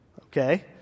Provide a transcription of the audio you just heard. Okay